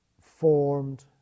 formed